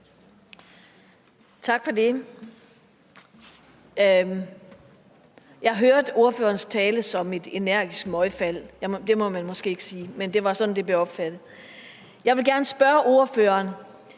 Tak for det. Jeg hørte ordførerens tale som et energisk møgfald – det må man måske ikke sige, men det var sådan, det blev opfattet. Jeg vil gerne spørge ordføreren: